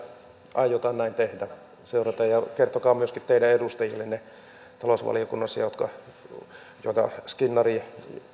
aiotaan näin tehdä seurata ja kertokaa se myöskin teidän edustajillenne talousvaliokunnassa joita skinnaria